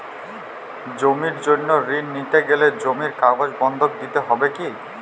জমির জন্য ঋন নিতে গেলে জমির কাগজ বন্ধক দিতে হবে কি?